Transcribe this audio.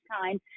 time